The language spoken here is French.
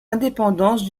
indépendance